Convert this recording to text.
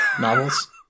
novels